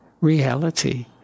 reality